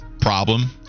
problem